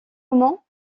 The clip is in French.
moment